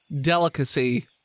delicacy